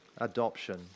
adoption